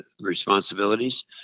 responsibilities